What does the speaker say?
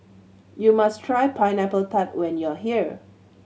you must try Pineapple Tart when you are here